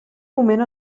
moment